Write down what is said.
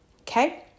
okay